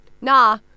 nah